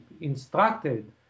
instructed